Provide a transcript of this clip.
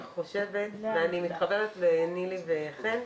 אני מתחברת לדברי נילי וחן.